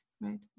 right